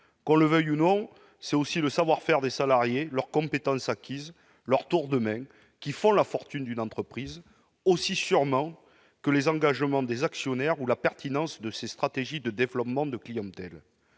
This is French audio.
Qu'on le veuille ou non, c'est aussi le savoir-faire des salariés, leurs compétences, leurs « tours de main » qui font la fortune d'une entreprise, aussi sûrement que l'engagement de ses actionnaires ou la pertinence de sa stratégie en matière de développement de la clientèle.